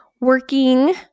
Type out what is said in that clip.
working